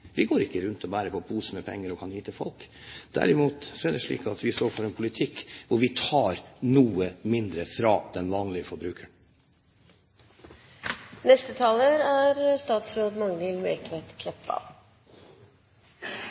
Vi går ikke rundt og bærer på poser med penger som vi kan gi til folk. Derimot er det slik at vi står for en politikk hvor vi tar noe mindre fra den vanlige forbrukeren. Det er